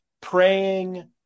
praying